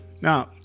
Now